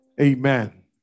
amen